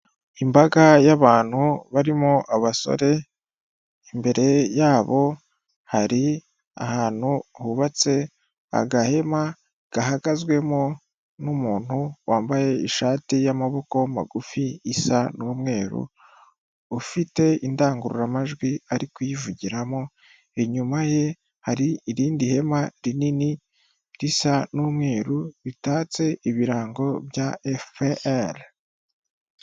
Imbaga y'abantu barimo abasore, imbere yabo hari ahantu hubatse agahema gahagazwemo n'umuntu wambaye ishati y'amaboko magufi isa n'umweru, ufite indangururamajwi arikuyivugiramo, inyuma ye hari irindi hema rinini risa n'umweru ritatse ibirango bya FPR.